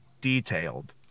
detailed